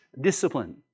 discipline